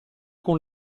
con